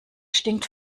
stinkt